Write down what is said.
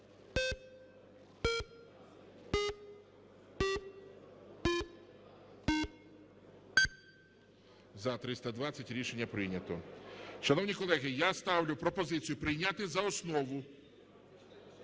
За-320 Рішення прийнято. Шановні колеги, я ставлю пропозицію прийняти за основу…